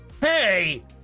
Hey